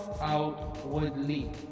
outwardly